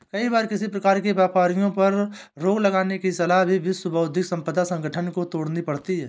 कई बार किसी प्रकार के व्यापारों पर रोक लगाने की सलाह भी विश्व बौद्धिक संपदा संगठन को लेनी पड़ती है